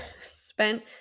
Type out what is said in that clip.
spent –